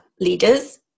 leaders